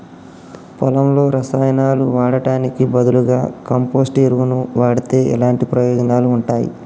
పొలంలో రసాయనాలు వాడటానికి బదులుగా కంపోస్ట్ ఎరువును వాడితే ఎలాంటి ప్రయోజనాలు ఉంటాయి?